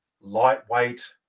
lightweight